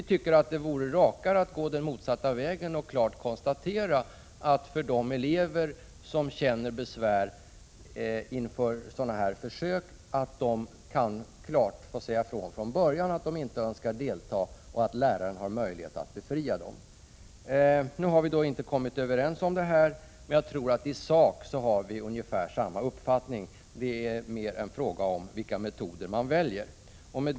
Vi tycker att det vore rakare att gå den motsatta vägen och klart konstatera att de elever som känner besvär inför sådana djurförsök från början klart kan säga ifrån att de inte önskar delta och att läraren då har möjlighet att befria dem från undervisningen. Nu har vi inte kommit överens om detta i utskottet, men jag tror att vi i sak har ungefär samma uppfattning. Det är mer en fråga om vilka metoder man väljer. Fru talman!